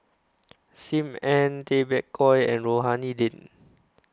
SIM Ann Tay Bak Koi and Rohani Din